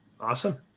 awesome